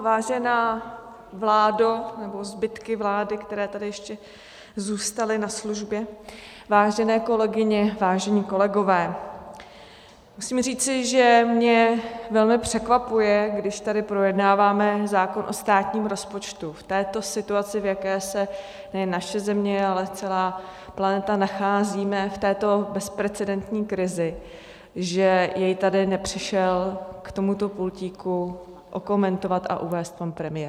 Vážená vládo, nebo zbytky vlády, které tady ještě zůstaly na službě, vážené kolegyně, vážení kolegové, musím říci, že mě velmi překvapuje, když tady projednáváme zákon o státním rozpočtu v této situaci, v jaké se nejen naše země, ale celá planeta nacházíme, v této bezprecedentní krizi, že jej tady nepřišel k tomuto pultíku okomentovat a uvést pan premiér.